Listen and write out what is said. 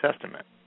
Testament